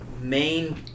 main